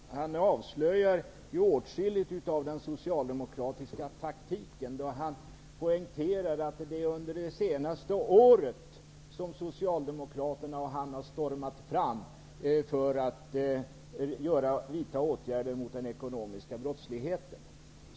Herr talman! Lars-Erik Lövdén avslöjar åtskilligt av den socialdemokratiska taktiken då han poängterar att det är under det senaste året som han och Socialdemokraterna stormat fram för att vidta åtgärder mot den ekonomiska brottsligheten.